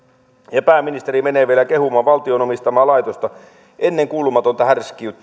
ja pääministeri menee vielä kehumaan valtion omistamaa laitosta ennenkuulumatonta härskiyttä